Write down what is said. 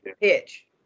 pitch